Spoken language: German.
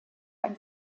ein